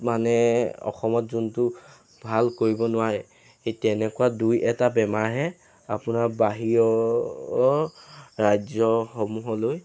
মানে অসমত যোনটো ভাল কৰিব নোৱাৰে এই তেনেকুৱা দুই এটা বেমাৰহে আপোনাৰ বাহিৰৰ ৰাজ্যসমূহলৈ